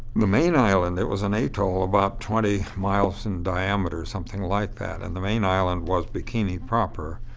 the main island there was an atoll about twenty miles in diameter, or something like that and the main island was bikini proper,